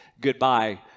goodbye